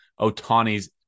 otani's